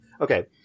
Okay